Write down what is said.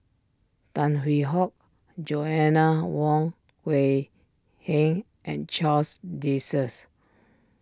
Tan Hwee Hock Joanna Wong Quee Heng and Charles desserts